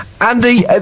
Andy